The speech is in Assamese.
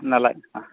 নালাগে